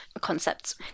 concepts